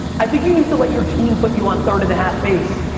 i think you need to let your team put you on third-and-a-half base,